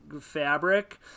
fabric